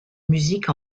musiques